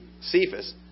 Cephas